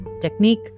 technique